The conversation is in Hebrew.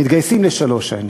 ומתגייסים לשלוש שנים.